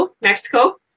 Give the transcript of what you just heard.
Mexico